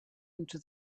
into